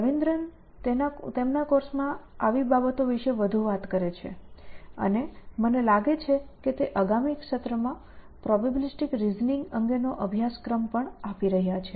રવિન્દ્રન તેના કોર્સમાં આવી બાબતો વિશે વધુ વાત કરે છે અને મને લાગે છે કે તે આગામી સત્રમાં પ્રોબેબિલિસ્ટિક રિઝનિંગ અંગેનો અભ્યાસક્રમ પણ આપી રહ્યા છે